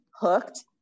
hooked